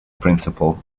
principle